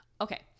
Okay